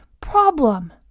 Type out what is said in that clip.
problem